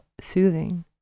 soothing